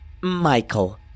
Michael